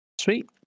Sweet